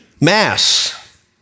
mass